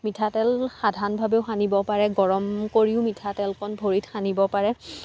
মিঠাতেল সাধাৰণভাৱেও সানিব পাৰে গৰম কৰিও মিঠাতেল অকণ ভৰিত সানিব পাৰে